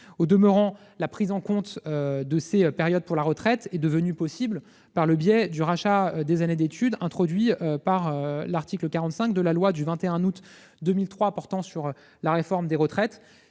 Au demeurant, la prise en compte de ces périodes pour la retraite est devenue possible par le biais du rachat des années d'études, dispositif introduit par l'article 45 de la loi du 21 août 2003 portant réforme des retraites.